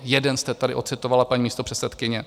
Jeden jste tady odcitovala, paní místopředsedkyně.